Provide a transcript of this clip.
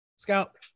Scout